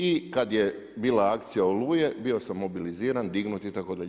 I kada je bila akcija „Oluje“ bio sam mobiliziran, dignut itd.